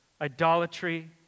idolatry